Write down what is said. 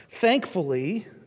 Thankfully